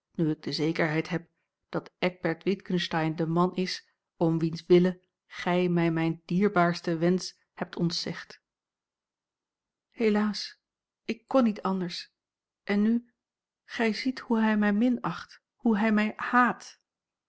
nu ik de zekerheid heb dat eckbert witgensteyn de man is om wiens wille gij mij mijn dierbaarsten wensch hebt ontzegd helaas ik kon niet anders en nu gij ziet hoe hij mij minacht hoe hij mij haat